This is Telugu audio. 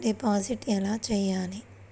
డిపాజిట్ ఎలా చెయ్యాలి?